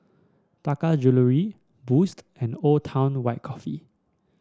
Taka Jewelry Boost and Old Town White Coffee